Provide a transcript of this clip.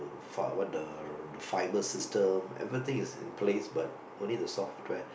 uh what the fiber system everything is in place but only the software